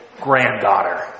granddaughter